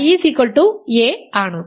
അതിനാൽ ia ആണ്